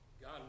God